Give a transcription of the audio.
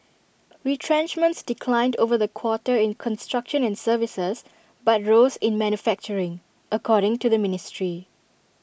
retrenchments declined over the quarter in construction and services but rose in manufacturing according to the ministry